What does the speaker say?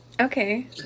Okay